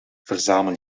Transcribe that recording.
verzamel